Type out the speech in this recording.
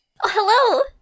Hello